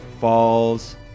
falls